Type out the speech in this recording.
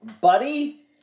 Buddy